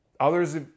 Others